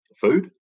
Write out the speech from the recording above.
food